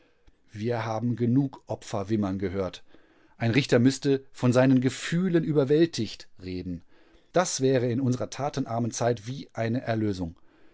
wir haben genug opfer wimmern gehört ein richter müßte von seinen gefühlen überwältigt reden das wäre in unserer tatenarmen zeit wie eine erlösung